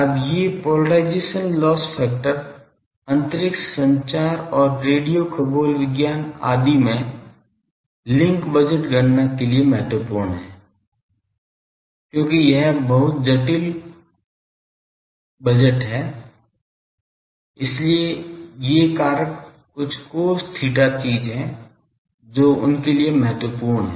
अब ये polarisation loss factor अंतरिक्ष संचार और रेडियो खगोल विज्ञान आदि में लिंक बजट गणना के लिए महत्वपूर्ण है क्योंकि यह बहुत कठिन बजट है इसलिए ये कारक कुछ cos थीटा चीज़ है जो उनके लिए महत्वपूर्ण है